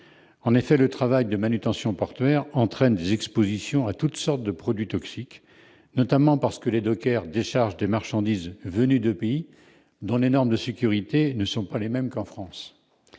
En effet, le travail de manutention portuaire entraîne des expositions à toutes sortes de produits toxiques, notamment parce que les dockers déchargent des marchandises venues de pays dont les normes de sécurité ne sont pas les mêmes qu'en France